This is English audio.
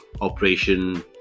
operation